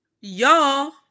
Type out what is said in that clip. Y'all